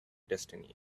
destiny